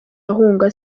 ahunga